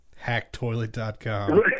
Hacktoilet.com